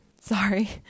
sorry